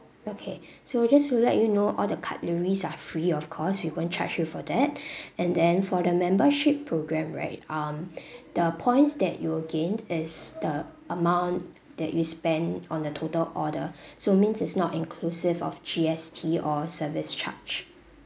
okay so just to let you know all the cutleries are free of course we won't charge you for that and then for the membership programme right um the points that you will gain is the amount that you spend on the total order so means it's not inclusive of G_S_T or service charge